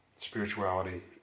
spirituality